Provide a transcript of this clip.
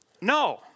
No